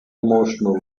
emotional